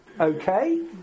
okay